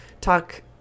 talk